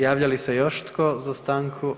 Javlja li se još tko za stanku?